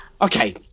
Okay